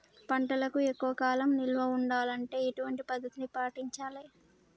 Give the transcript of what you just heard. పంటలను ఎక్కువ కాలం నిల్వ ఉండాలంటే ఎటువంటి పద్ధతిని పాటించాలే?